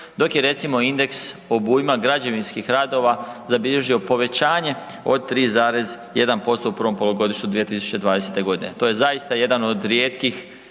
dok je recimo indeks obujma građevinskih radova zabilježio povećanje od 3,1% u prvo polugodištu 2020. godine. To je zaista jedan od rijetkih